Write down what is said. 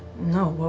no,